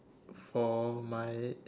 for my